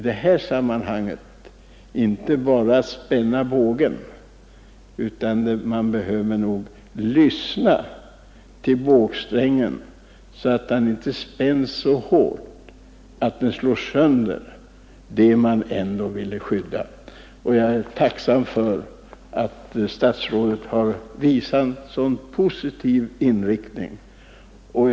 Det gäller inte bara att spänna bågen. Man måste också uppmärksamma att den inte spänns så hårt att pilen slår sönder det man ändå vill skydda. Jag är tacksam för att statsrådet Lidbom har visat en så positiv Nr 57 inställning.